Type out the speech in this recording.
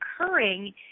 occurring